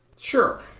Sure